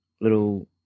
little